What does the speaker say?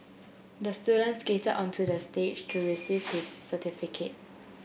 the student skate onto the stage to receive his certificate